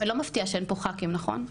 ולא מפתיע שאין פה חברי כנסת גברים נכון?